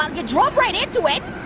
ah you drove right into it.